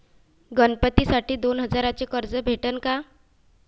गणपतीसाठी दोन हजाराचे कर्ज भेटन का?